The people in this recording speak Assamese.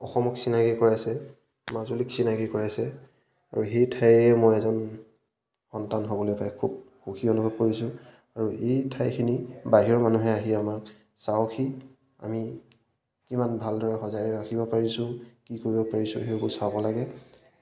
অসমক চিনাকী কৰাইছে মাজুলীক চিনাকী কৰাইছে আৰু সেই ঠাইৰে মই এজন সন্তান হ'বলৈ পাই খুব সুখী অনুভৱ কৰিছোঁ আৰু এই ঠাইখিনি বাহিৰৰ মানুহে আহি আমাক চাওকহি আমি কিমান ভালদৰে সজাই ৰাখিব পাৰিছোঁ কি কৰিব পাৰিছোঁ সেইবোৰ চাব লাগে